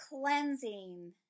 cleansing